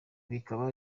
bikaba